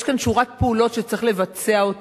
יש כאן שורת פעולות שצריך לבצע.